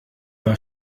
war